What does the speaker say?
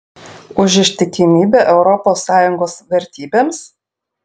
už ištikimybę europos sąjungos vertybėms